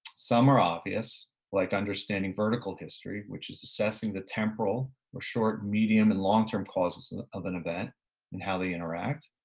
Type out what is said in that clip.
some are obvious like understanding vertical history, which is assessing the temporal or short, medium and longterm causes of an event and how they interact,